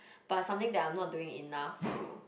but something that I'm not doing enough to